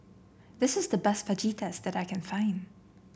this is the best Fajitas that I can find